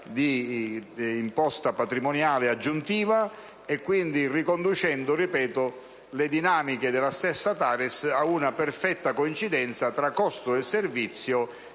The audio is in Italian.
Grazie,